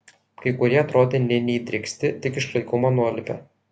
kai kurie atrodė nė neįdrėksti tik iš klaikumo nualpę